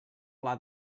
pla